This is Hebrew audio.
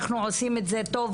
אנחנו עושים את זה טוב,